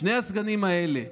שני הסגנים האלה,